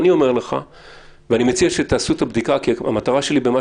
אני מציע שתעשו בדיקה כי המטרה שלי במה